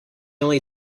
only